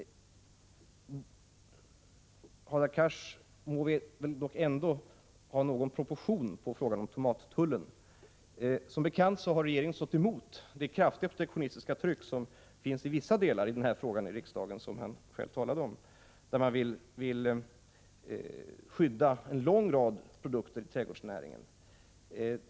Hadar Cars må dock ha något sinne för proportioner i fråga om tomattullen. Som bekant har regeringen stått emot det kraftiga protektionistiska tryck som i vissa delar i denna fråga förespråkas i riksdagen, som Hadar Cars själv talade om, där man vill skydda en lång rad produkter inom trädgårdsnäringen.